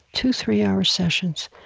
two three-hour sessions,